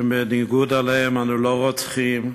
שבניגוד להם אנו לא רוצחים,